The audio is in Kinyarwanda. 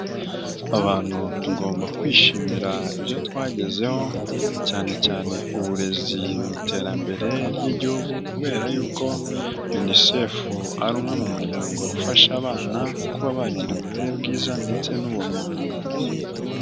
Abantu tugomba kwishimira ibyo twagezeho cyane cyane uburezi mu iterambere ry'igihugu kubera y'uko uko unisefu u ari umwe mu muryango ufasha abana kuba bagira uburere bwiza ndetse n'ubumenyi.